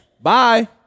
Bye